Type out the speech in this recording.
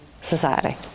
society